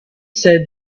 said